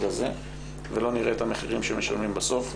הזה ולא נראה את המחירים שמשלמים בסוף.